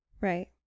Right